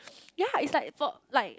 ya it's like for like